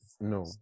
no